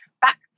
back